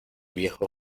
viejo